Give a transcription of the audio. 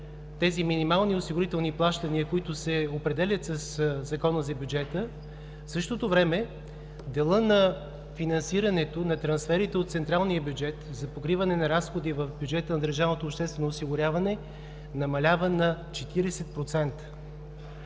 тези минимални осигурителни плащания, които се определят със Закона за бюджета, в същото време делът на финансирането на трансферите от централния бюджет за покриване на разходи в бюджета на държавното обществено осигуряване намалява на 40%.